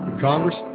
Congress